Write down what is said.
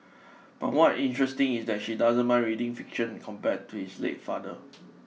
but what interesting is that she doesn't mind reading fiction compared to his late father